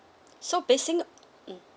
so basing mm